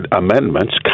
amendments